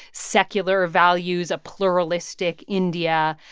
secular values, a pluralistic india.